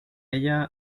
ella